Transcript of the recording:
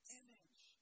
image